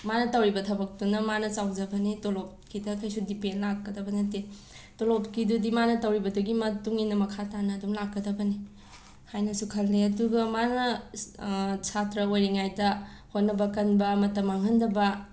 ꯃꯥꯅ ꯇꯧꯔꯤꯕ ꯊꯕꯛꯇꯨꯅ ꯃꯥꯅ ꯆꯥꯎꯖꯕꯅꯦ ꯇꯣꯂꯣꯞ ꯀꯤꯗ ꯀꯩꯁꯨ ꯗꯤꯄꯦꯟ ꯂꯥꯛꯀꯗꯕ ꯅꯠꯇꯦ ꯇꯣꯂꯣꯞ ꯀꯤꯗꯨꯗꯤ ꯃꯥꯅ ꯇꯧꯔꯤꯕꯗꯨꯒꯤ ꯃꯇꯨꯡ ꯏꯟꯟ ꯃꯈꯥ ꯇꯥꯟꯅ ꯑꯗꯨꯝ ꯂꯥꯛꯀꯗꯕꯅꯤ ꯍꯥꯏꯅꯁꯨ ꯈꯜꯂꯦ ꯑꯗꯨꯒ ꯃꯥꯅ ꯁꯥꯇ꯭ꯔ ꯑꯣꯏꯔꯤꯉꯩꯗ ꯍꯣꯠꯅꯕ ꯀꯟꯕ ꯃꯇꯝ ꯃꯥꯡꯍꯟꯗꯕ